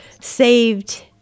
saved